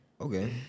Okay